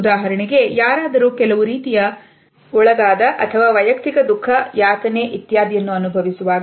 ಉದಾಹರಣೆಗೆ ಯಾರಾದರೂ ಕೆಲವು ರೀತಿಯ ನಷ್ಟಕ್ಕೆ ಒಳಗಾದ ಅಥವಾ ವೈಯಕ್ತಿಕ ದುಃಖ ಯಾತನೆ ಇತ್ಯಾದಿಯನ್ನು ಅನುಭವಿಸುವಾಗ